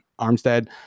Armstead